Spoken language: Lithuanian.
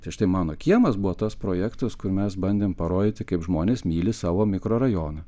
tai štai mano kiemas buvo tas projektas kur mes bandėm parodyti kaip žmonės myli savo mikrorajoną